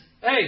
hey